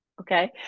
Okay